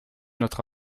notre